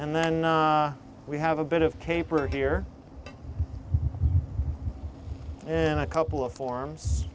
and then we have a bit of caper here and a couple of forms